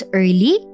early